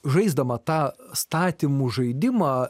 žaisdama tą statymų žaidimą